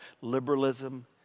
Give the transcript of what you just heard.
Liberalism